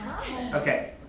Okay